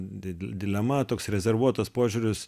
di dilema toks rezervuotas požiūris